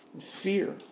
fear